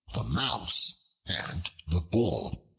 the mouse and the bull